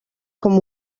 com